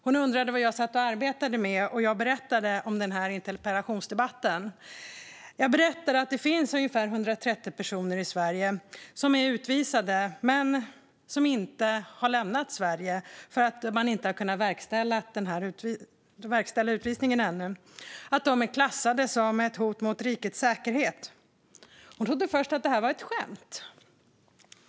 Hon undrade vad jag satt och arbetade med, och jag berättade om den här interpellationsdebatten. Jag berättade att det finns ungefär 130 personer i Sverige som är klassade som ett hot mot rikets säkerhet och ska utvisas men inte har lämnat Sverige för att man inte har kunnat verkställa utvisningen ännu. Hon trodde först att det var ett skämt.